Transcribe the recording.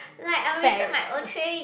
facts